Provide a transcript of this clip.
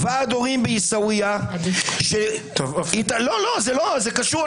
ועד הורים בעיסאוויה --- טוב --- זה קשור.